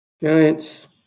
Giants